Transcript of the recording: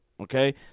Okay